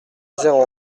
zéro